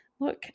look